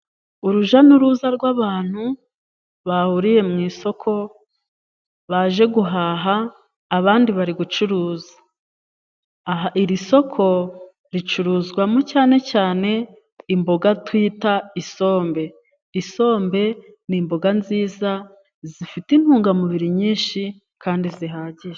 Urujya n'uruza rw'abantu bahuriye mu isoko baje guhaha, abandi bari gucuruza, aha iri soko ricuruzwamo cyane cyane imboga twita isombe. Isombe ni imboga nziza zifite intungamubiri nyinshi kandi zihagije.